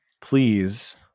Please